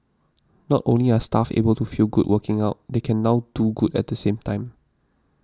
not only are staff able to feel good working out they can now do good at the same time